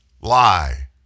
Lie